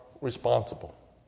responsible